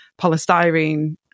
polystyrene